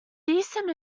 decent